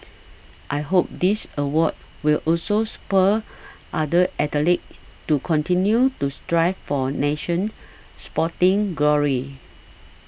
I hope this award will also spur other athletes to continue to strive for nation sporting glory